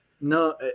no